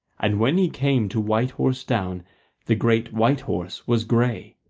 and when he came to white horse down the great white horse was grey,